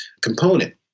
component